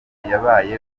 yabaye